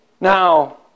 Now